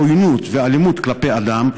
עוינות" ואלימות "כלפי אדם,